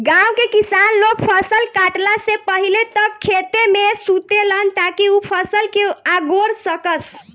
गाँव के किसान लोग फसल काटला से पहिले तक खेते में सुतेलन ताकि उ फसल के अगोर सकस